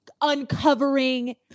uncovering